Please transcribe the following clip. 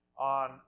on